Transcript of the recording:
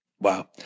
Wow